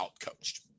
outcoached